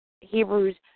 hebrews